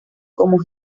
como